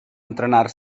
entrenar